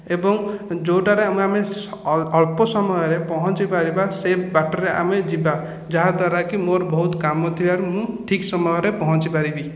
ଏବଂ ଯେଉଁଟାରେ ଆମେ ଆମେ ଅଳ୍ପ ସମୟରେ ପହଞ୍ଚି ପାରିବା ସେ ବାଟରେ ଆମେ ଯିବା ଯାହାଦ୍ୱାରା କି ମୋ'ର ବହୁତ କାମ ଥିବାରୁ ମୁଁ ଠିକ ସମୟରେ ପହଞ୍ଚି ପାରିବି